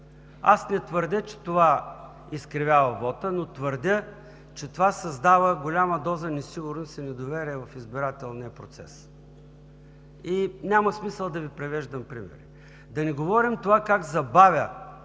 Аз не твърдя, че това изкривява вота, но твърдя, че това създава голяма доза несигурност и недоверие в избирателния процес. И няма смисъл да Ви привеждам примери. Да не говорим това как забавя